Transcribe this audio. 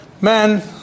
man